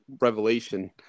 revelation